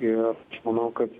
ir manau kad